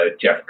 Jeff